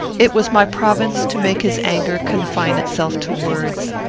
it was my province to make his anger confine itself to words,